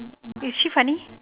is she funny